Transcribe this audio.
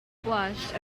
blushed